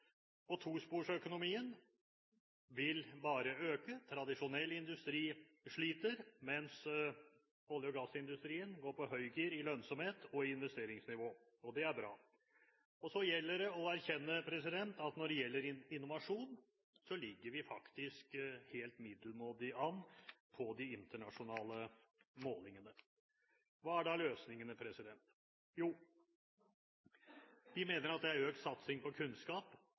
Tosporsøkonomien vil bare øke. Tradisjonell industri sliter, mens olje- og gassindustrien går på høygir i lønnsomhet og investeringsnivå – og det er bra. Så gjelder det å erkjenne at når det gjelder innovasjon, ligger vi faktisk helt middelmådig an på de internasjonale målingene. Hva er da løsningene? Vi mener at det er økt satsing på kunnskap